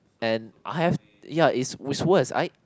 and I have ya it's it's worst I